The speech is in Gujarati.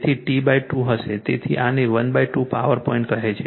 તેથી t2 હશે તેથી આને 12 પાવર પોઈન્ટ કહે છે